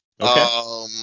Okay